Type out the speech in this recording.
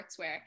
sportswear